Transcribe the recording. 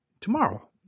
tomorrow